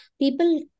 people